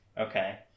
Okay